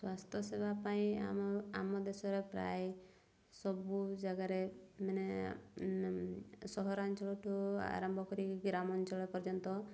ସ୍ୱାସ୍ଥ୍ୟ ସେବା ପାଇଁ ଆମ ଆମ ଦେଶରେ ପ୍ରାୟ ସବୁ ଜାଗାରେ ମାନେ ସହରାଞ୍ଚଳଠୁ ଆରମ୍ଭ କରିକି ଗ୍ରାମାଞ୍ଚଳ ପର୍ଯ୍ୟନ୍ତ